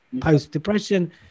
post-depression